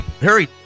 Hurry